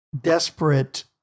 desperate